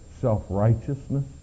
self-righteousness